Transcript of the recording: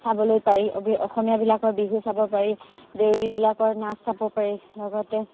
চাবলৈ পাৰি অসমীয়াবিলাকৰ বিহু চাব পাৰি দেউৰীবিলাকৰ নাচ চাব পাৰি লগতে